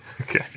Okay